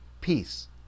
peace